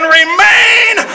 remain